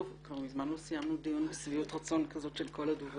כבר מזמן לא סיימנו דיון בשביעות רצון כזאת של כל הדוברים,